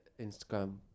Instagram